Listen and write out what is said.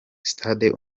stade